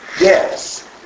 Yes